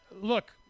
look